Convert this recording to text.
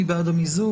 מי בעד המיזוג?